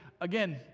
Again